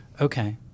Okay